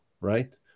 right